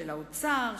של האוצר,